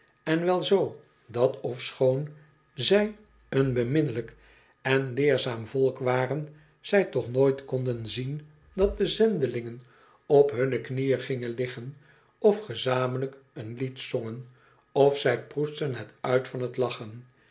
en wel zoo dat ofschoon zij een beminnelijk en leerzaam volk waren zij toch nooit konden zien dat de zendelingen op hunne knieën gingen liggen of gezamenlijk een lied zongen of zij proestten het uit van t lachen